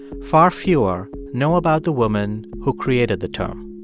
far fewer know about the woman who created the term